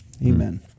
Amen